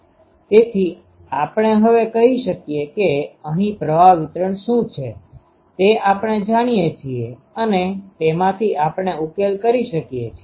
તેથી આપણે હવે કહી શકીએ કે અહીં પ્રવાહ વિતરણ શું છે તે આપણે જાણીએ છીએ અને તેમાંથી આપણે ઉકેલ કરી શકીએ છીએ